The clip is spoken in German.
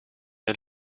der